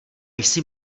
jsi